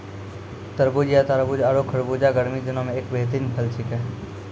तरबूज या तारबूज आरो खरबूजा गर्मी दिनों के एक बेहतरीन फल छेकै